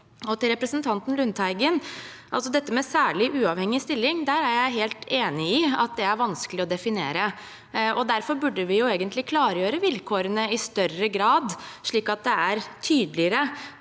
Til representanten Lundteigen: Når det gjelder dette med særlig uavhengige stillinger, er jeg helt enig i at det er vanskelig å definere. Derfor burde vi egentlig klargjøre vilkårene i større grad, slik at det er tydeligere